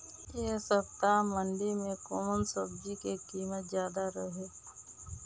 एह सप्ताह मंडी में कउन सब्जी के कीमत ज्यादा रहे?